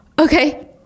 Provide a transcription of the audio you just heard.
Okay